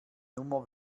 nummer